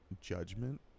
Judgment